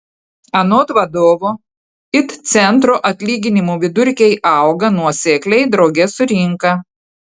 anot vadovo it centro atlyginimų vidurkiai auga nuosekliai drauge su rinka